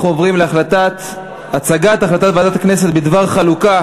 אנחנו עוברים להצגת החלטת ועדת הכנסת בדבר חלוקה